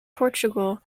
portugal